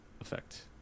effect